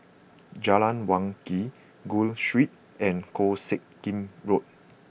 Jalan Wangi Gul Street and Koh Sek Lim Road